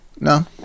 No